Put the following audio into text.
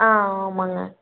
ஆ ஆமாங்க